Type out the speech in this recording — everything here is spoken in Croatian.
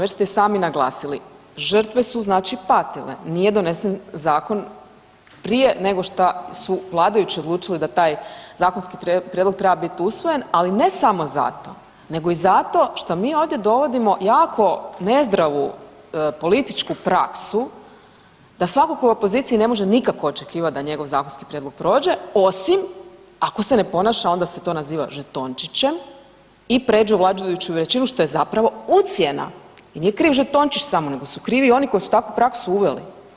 Već ste i sami naglasili, žrtve su znači patile, nije donesen zakon prije nego šta su vladajući odlučili da taj zakonski prijedlog treba bit usvojen, ali ne samo zato, nego i zato što mi ovdje dovodimo jako nezdravu političku praksu da svako ko je u opoziciji ne može nikako očekivat da njegov zakonski prijedlog prođe osim ako se ne ponaša onda se to naziva žetončićem i pređe u vladajuću većinu što je zapravo ucjena i nije kriv žetončić samo nego su krivi i oni koji su takvu praksu uveli.